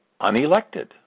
unelected